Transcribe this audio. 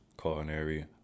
culinary